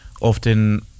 often